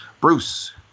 Bruce